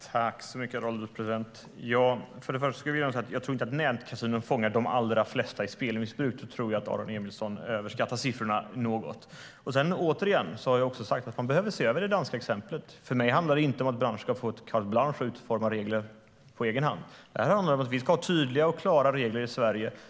Herr ålderspresident! För det första tror jag inte att nätkasinon fångar de allra flesta i spelmissbruk. Där tror jag att Aron Emilsson överskattar siffrorna något. För det andra har jag sagt att man behöver se över det danska exemplet. För mig handlar det inte om att branschen ska få ett carte blanche och utforma regler på egen hand, utan det handlar om att vi ska tydliga och klara regler i Sverige.